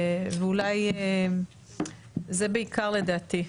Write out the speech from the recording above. וזה בעיקר לדעתי.